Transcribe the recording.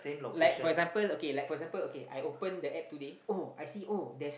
like for example okay like for example okay I open the App today oh I see oh there's